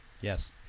Yes